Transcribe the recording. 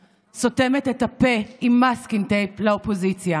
סותמת את הפה עם מסקינג טייפ לאופוזיציה.